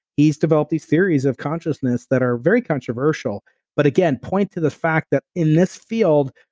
he's developed these theories of consciousness that are very controversial but again, point to the fact that in this field,